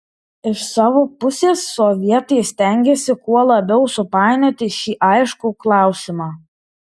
iš savo pusės sovietai stengėsi kuo labiau supainioti šį aiškų klausimą